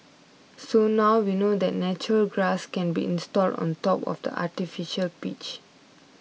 so now we know that natural grass can be installed on top of the artificial pitch